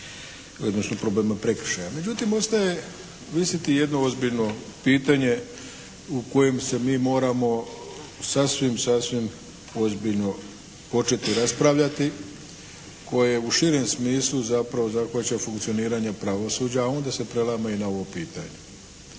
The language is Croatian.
odnosno problema prekršaja. Međutim ostaje visiti jedno ozbiljno pitanje u kojem se mi moramo sasvim, sasvim ozbiljno početi raspravljati, koje u širem smislu zapravo započeo funkcioniranja pravosuđa, a onda se prelama i na ovo pitanje.